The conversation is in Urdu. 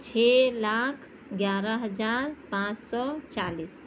چھ لاکھ گیارہ ہزار پانچ سو چالیس